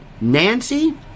Nancy